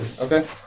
okay